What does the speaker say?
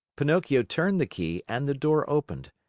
pinocchio turned the key and the door opened.